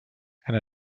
and